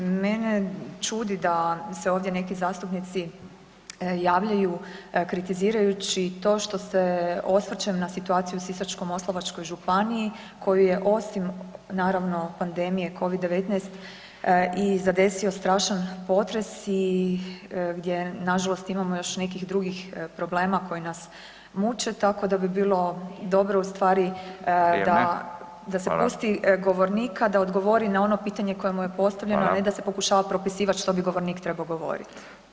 Mene čudi da se ovdje neki zastupnici javljaju kritizirajući to što se osvrćem na situaciju u Sisačko-moslavačkoj županiji, koju je osim, naravno, pandemije Covid-19 i zadesio strašan potres i gdje nažalost imamo još nekih drugih problema koji nas muče tako da bi bilo dobro ustvari [[Upadica: Vrijeme, hvala.]] da se pusti govornika da odgovori na ono pitanje koje mu je postavljeno, [[Upadica: Hvala.]] a ne da se pokušava propisivati što bi govornik trebao govoriti.